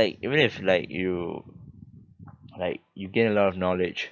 like even if like you like you gain a lot of knowledge